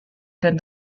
can